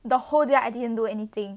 the whole day I didn't do anything